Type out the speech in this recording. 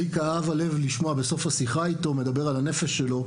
לי כאב הלב לשמוע בסוף השיחה אתו מדבר על הנפש שלו,